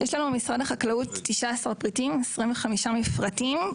יש לנו במשרד החקלאות 19 פריטים ו-25 מפרטים.